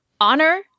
Honor